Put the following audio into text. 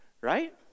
right